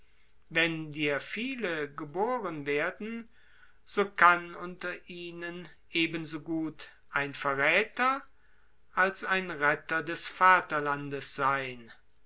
wenn dir viele geboren werden so kann unter ihnen ebensogut ein verräther als ein retter des vaterlandes sein